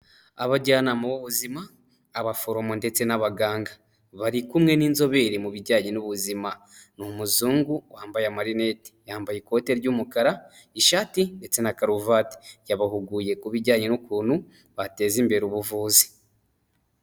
Abajyanama b'ubuzima abaforomo ndetse n'abaganga, bari kumwe n'inzobere mu bijyanye n'ubuzima, ni umuzungu wambaye amarinete yambaye ikote ry'umukara ishati ndetse na karuvati, yabahuguye ku bijyanye n'ukuntu bateza imbere ubuvuzi.